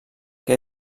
que